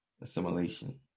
assimilation